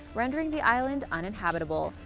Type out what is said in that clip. rendering the island uninhabitable.